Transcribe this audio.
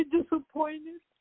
disappointed